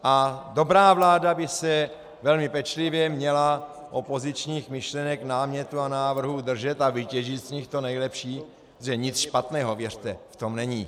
A dobrá vláda by se velmi pečlivě měla opozičních myšlenek, námětů a návrhů držet a vytěžit z nich to nejlepší, protože nic špatného, věřte, v tom není.